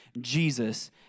Jesus